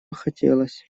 хотелось